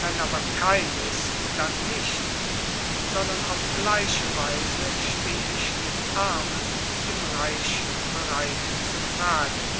wenn aber keines dann nicht sondern auf gleiche weise stehe ich dem armen wie dem reichen bereit zu fragen